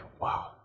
wow